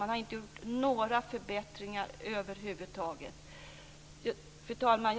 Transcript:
Man har inte gjort några förbättringar över huvud taget. Fru talman!